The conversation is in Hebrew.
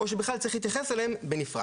או שבכלל צריך להתייחס אליהם בנפרד.